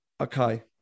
Okay